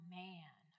man